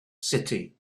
city